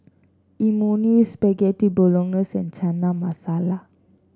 Imoni Spaghetti Bolognese and Chana Masala